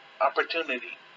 opportunity